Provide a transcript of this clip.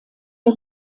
der